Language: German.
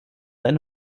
eine